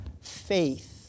faith